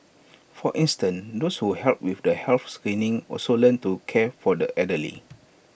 for instance those who helped with the health screenings also learnt to care for the elderly